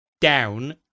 down